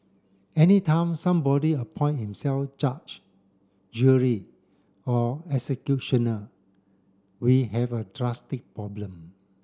any time somebody appoint himself judge jury or executioner we have a drastic problem